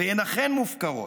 והן אכן מופקרות,